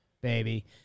baby